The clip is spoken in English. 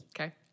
Okay